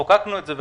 כשחוקקנו את זה,